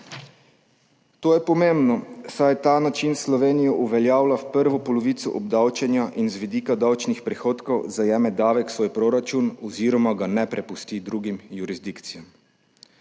To je pomembno, saj ta način Slovenijo uveljavlja v prvo polovico obdavčenja in z vidika davčnih prihodkov zajame davek v svoj proračun oziroma ga ne prepusti drugim jurisdikcijam.